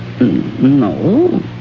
No